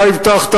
אתה הבטחת,